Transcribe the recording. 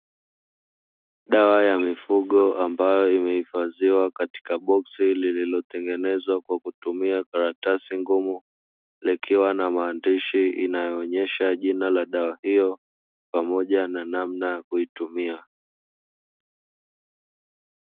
Dawa ya mifugo, ambayo imehifadhiwa katika boksi lililotengenezwa kwa kutumia karatasi ngumu likiwa na maandishi inayoonesha jina la dawa hiyo pamoja na namna ya kuitumia.